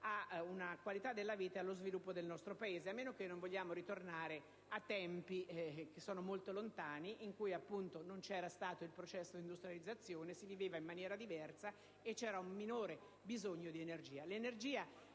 ad una qualità della vita e allo sviluppo del nostro Paese, a meno che non vogliamo tornare a tempi molto lontani, nei quali non c'era stato il processo di industrializzazione, si viveva in maniera diversa e vi era un minore bisogno di energia.